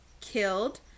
killed